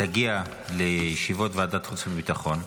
----- ומקווה בחום שתגיע לישיבות ועדת החוץ והביטחון,